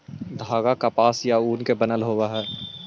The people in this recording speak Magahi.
धागा कपास या ऊन से बनल होवऽ हई